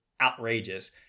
outrageous